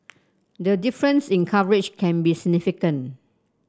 the difference in coverage can be significant